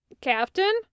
Captain